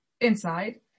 inside